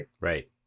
Right